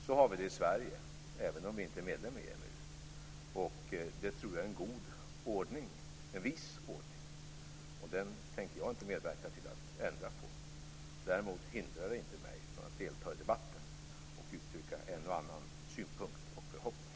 Så har vi det i Sverige, även om vi inte är medlem i EMU. Det tror jag är en vis ordning. Den tänker jag inte medverka till att ändra på. Däremot hindrar det mig inte från att delta i debatten och uttrycka en och annan synpunkt och förhoppning.